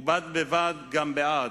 ובד בבד גם בעד,